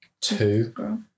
Two